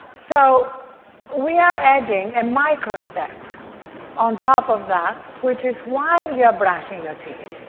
so we are adding a micro step on top of that which is why you are brushing your teeth.